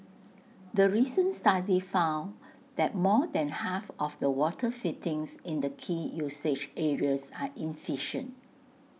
the recent study found that more than half of the water fittings in the key usage areas are efficient